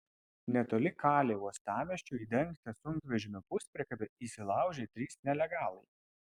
netoli kalė uostamiesčio į dengtą sunkvežimio puspriekabę įsilaužė trys nelegalai